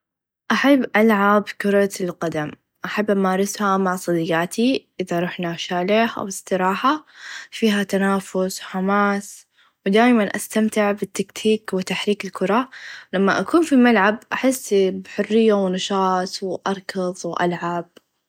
أحب ألعب كره القدم أحب أمارسها مع صديقاتي إذا رحنا شاليه أو إستراحه فيها تنافس و حماس و دايما أستمتع بالتكتيك و تحريك الكره لما أكون في الملعب أحس بحريه و نشاط و أركظ و ألعب.